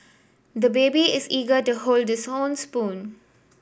the baby is eager to hold this own spoon